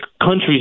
countries